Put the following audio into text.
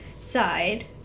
side